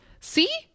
See